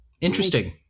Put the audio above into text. Interesting